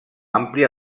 àmplia